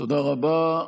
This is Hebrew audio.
תודה רבה.